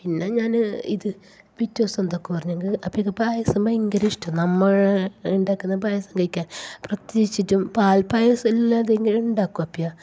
പിന്നെ ഞാന് ഇത് പിറ്റേദിവസം എന്തൊക്കെ പറഞ്ഞെങ്ക് അപ്പേയക്ക് പായസം ഭയങ്കര ഇഷ്ട നമ്മള് ഉണ്ടാക്കുന്ന പായസം കഴിക്കാന് പ്രത്യേകിച്ചിട്ടും പാല്പായസം എല്ലാം അത് എങ്ങനെ ഉണ്ടാക്കും അപ്പ്യ